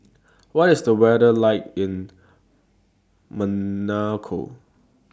What IS The weather like in Monaco